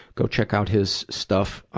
go check out his stuff. ah